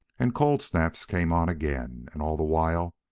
and cold snaps came on again, and all the while,